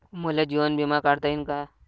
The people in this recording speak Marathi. मले जीवन बिमा काढता येईन का?